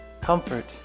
comfort